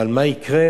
אבל מה יקרה?